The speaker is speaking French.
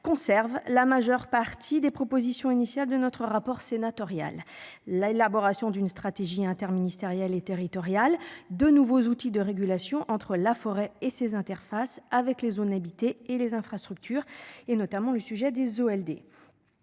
conserve la majeure partie des propositions initiales de notre rapport sénatorial l'élaboration d'une stratégie interministérielle et territoriale de nouveaux outils de régulation entre la forêt et ces interfaces avec les zones habitées et les infrastructures et notamment le sujet des eaux